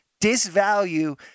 disvalue